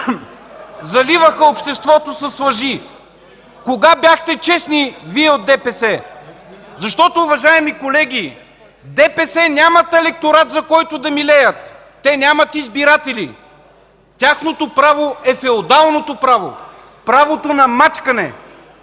заливаха обществото с лъжи. Кога бяхте честни, Вие от ДПС?! Защото, уважаеми колеги, ДПС нямат електорат, за който да милеят. Те нямат избиратели. Тяхното право е феодалното право, правото на мачкане.